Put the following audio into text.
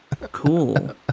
Cool